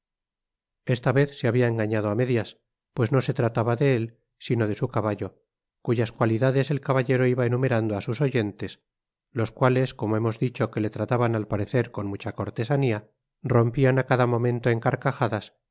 esta vez se habia engañado á medias pues no se trataba de él sino de su caballo cuyas cualidades el caballero iba enumerando á sus oyentes los cuales como hemos dicho que le trataban al parecer con mucha cortesanía rompían á cada momento en carcajadas